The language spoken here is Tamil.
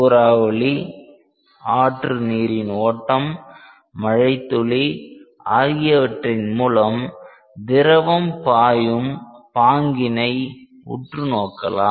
சூறாவளி ஆற்று நீரின் ஓட்டம் மழைத்துளி ஆகியவற்றின் மூலம் திரவம் பாயும் பாங்கினை உற்று நோக்கலாம்